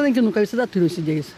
rankinukąvisada turiu įsidėjus